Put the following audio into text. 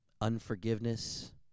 unforgiveness